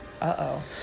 Uh-oh